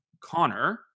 Connor